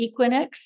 Equinix